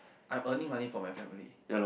I'm earning money for my family